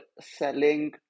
selling